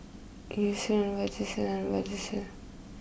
Eucerin Vagisil and Vagisil